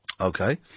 Okay